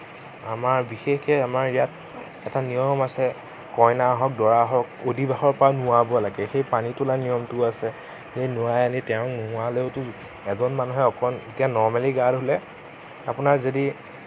আমাৰ বিশেষকে আমাৰ ইয়াত এটা নিয়ম আছে কইনা হওঁক দৰা হওঁক অধিবাসৰ পৰা নোৱাব লাগে সেই পানী তোলা নিয়মটোও আছে সেই নোৱাই আনি তেওঁক নোৱালেওটো এজন মানুহে এতিয়া নৰ্মেলি গা ধুলে আপোনাৰ যদি